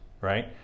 right